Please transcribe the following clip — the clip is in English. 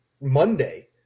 Monday